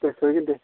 दे सहैगोन दे